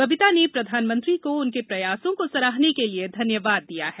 बबिता ने प्रधानमंत्री को उनके प्रयासों को सरहाने के लिए धन्यवाद दिया है